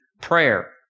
prayer